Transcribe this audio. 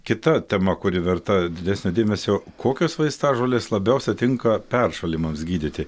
kita tema kuri verta didesnio dėmesio kokios vaistažolės labiausia tinka peršalimams gydyti